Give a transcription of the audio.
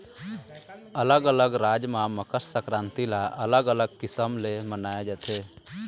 अलग अलग राज म मकर संकरांति ल अलग अलग किसम ले मनाए जाथे